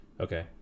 okay